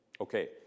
Okay